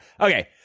Okay